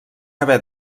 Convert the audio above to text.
haver